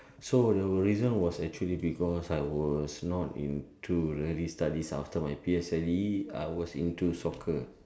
so the reason was actually because I was not into really studies after my P_S_L_E I was into soccer